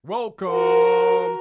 Welcome